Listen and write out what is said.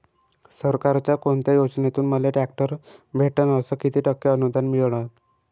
सरकारच्या कोनत्या योजनेतून मले ट्रॅक्टर भेटन अस किती टक्के अनुदान मिळन?